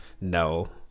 No